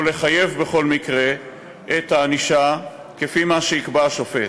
או לחייב בכל מקרה את הענישה לפי מה שיקבע השופט,